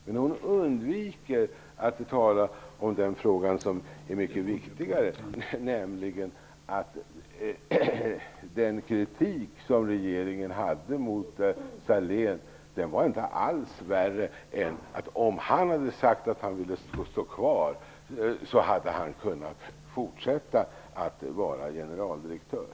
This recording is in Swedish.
Men Ylva Annerstedt undviker att tala om den fråga som är mycket viktigare, nämligen att det inte var värre med den kritik som regeringen hade mot Anders Sahlén än att han, om han hade sagt att han ville stå kvar, hade kunnat fortsätta att vara generaldirektör.